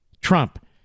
Trump